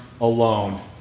alone